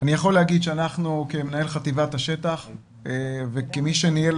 אני יכול להגיד כמנהל חטיבת השטח וכמי שניהל